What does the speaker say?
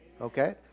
okay